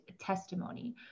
testimony